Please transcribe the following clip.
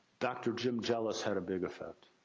dr. jim jealous had a big effect.